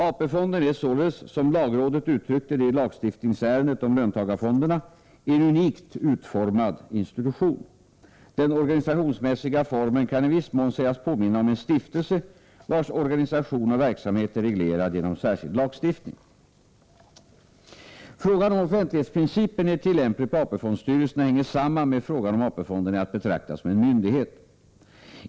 AP-fonden är således — som lagrådet uttryckte det i lagstiftningsärendet om löntagarfonderna — en unikt utformad institution. Den organisationsmässiga formen kan i viss mån sägas påminna om en stiftelse vars organisation och verksamhet är reglerad genom särskild lagstiftning. Frågan om huruvida offentlighetsprincipen är tillämplig på AP-fondsstyrelserna hänger samman med frågan om huruvida AP-fonden är att betrakta som en myndighet.